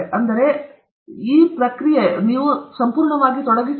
ಅಲ್ಲಿ ಹಿಂದೆ ಕೆಲವು ಇರುತ್ತದೆ ಹೌದು ಸರಿ